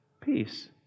peace